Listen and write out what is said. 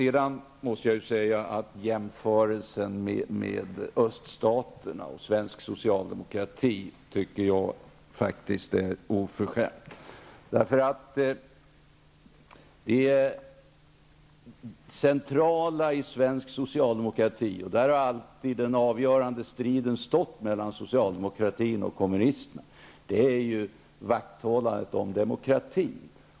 Jag måste säga att jag faktiskt finner jämförelsen mellan öststaterna och svensk socialdemokrati oförskämd. Det centrala i svensk socialdemokrati -- och där har alltid den avgörande striden stått mellan socialdemokraterna och kommunisterna -- är ju vakthållandet om demokratin.